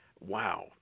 Wow